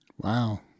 Wow